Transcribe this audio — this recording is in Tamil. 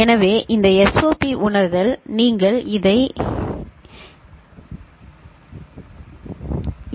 எனவே இந்த எஸ்ஓபி உணர்தல் நீங்கள் இதை எஸ்